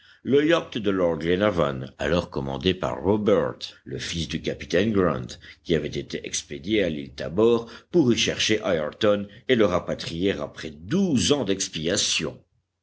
le yacht de lord glenarvan alors commandé par robert le fils du capitaine grant qui avait été expédié à l'île tabor pour y chercher ayrton et le rapatrier après douze ans d'expiation